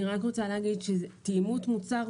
אני רק רוצה לומר שתאימות מוצר,